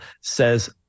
says